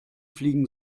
fliegen